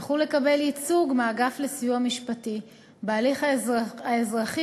יוכלו לקבל ייצוג מהאגף לסיוע משפטי בהליך האזרחי